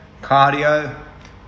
Cardio